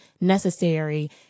necessary